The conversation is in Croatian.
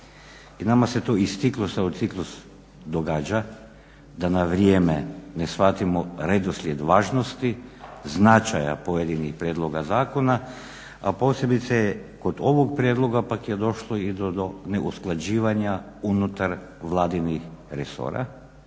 I nama se to iz ciklusa u ciklus događa da na vrijeme ne shvatimo redoslijed važnosti, značaja pojedinih prijedloga zakona, a posebice kod ovog prijedloga pak je došlo i do neusklađivanja unutar vladinih resora.